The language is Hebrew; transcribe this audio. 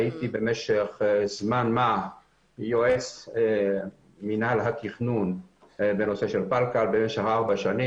הייתי במשך זמן מה יועץ מנהל התכנון בנושא של פלקל במשך 4 שנים.